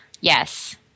Yes